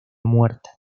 muerta